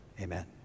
amen